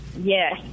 Yes